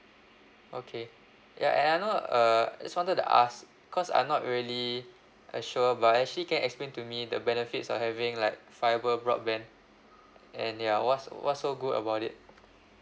okay ya and I know uh just wanted to ask because I'm not really uh sure but actually can explain to me the benefits of having like fibre broadband and ya what's what's so good about it